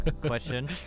Question